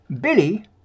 Billy